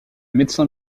médecin